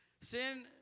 Sin